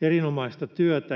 erinomaista työtä.